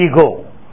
ego